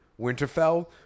Winterfell